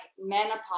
menopause